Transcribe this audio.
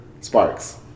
Sparks